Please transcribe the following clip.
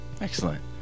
Excellent